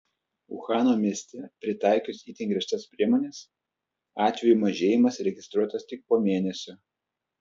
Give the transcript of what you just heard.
uhano mieste pritaikius itin griežtas priemones atvejų mažėjimas registruotas tik po mėnesio